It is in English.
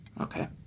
Okay